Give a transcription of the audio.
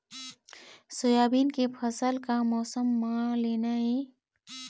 Soybean के फसल का मौसम म लेना ये?